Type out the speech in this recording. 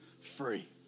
free